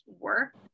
work